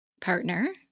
partner